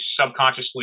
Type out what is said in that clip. subconsciously